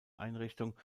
einrichtung